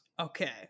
okay